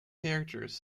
characters